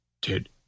Dude